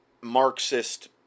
Marxist